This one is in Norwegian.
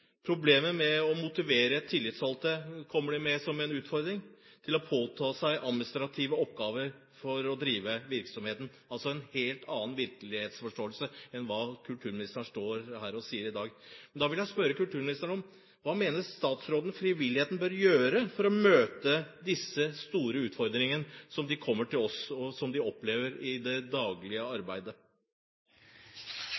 å drive virksomheten kommer de med som en utfordring. Det er altså en helt annen virkelighetsforståelse enn kulturministerens, med det hun står og sier her i dag. Da vil jeg spørre kulturministeren: Hva mener hun frivilligheten bør gjøre for å møte disse store utfordringene som de opplever i det daglige arbeidet, og som de kommer til oss med? Det